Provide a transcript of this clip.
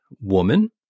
woman